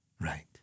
Right